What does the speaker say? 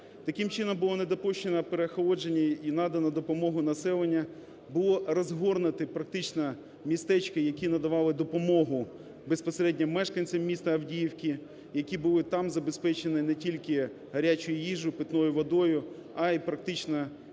Таким чином було не допущено переохолодження і надано допомогу населенню, було розгорнуті практично містечка, які надавали допомогу безпосередньо мешканцям міста Авдіївки, які були там забезпечені не тільки гарячою їжею, питною водою, а й практично тими речами,